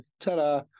Ta-da